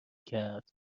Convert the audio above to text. کرد